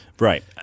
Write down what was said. Right